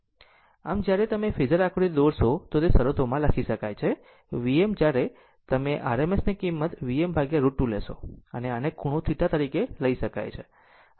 આમ આ જ્યારે તમે ફેઝર આકૃતિ દોરશો તે શરતોમાં લખી શકાય છે Vm જ્યારે તમે rms ની કિંમત Vm √ 2 લેશો અને આને ખૂણો θ તરીકે લઈ શકાય છે